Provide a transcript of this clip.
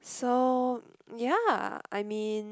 so ya I mean